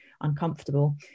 uncomfortable